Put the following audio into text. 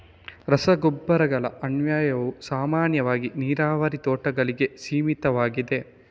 ರಸಗೊಬ್ಬರಗಳ ಅನ್ವಯವು ಸಾಮಾನ್ಯವಾಗಿ ನೀರಾವರಿ ತೋಟಗಳಿಗೆ ಸೀಮಿತವಾಗಿದೆ